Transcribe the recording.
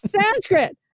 Sanskrit